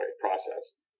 process